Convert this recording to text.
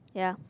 yeah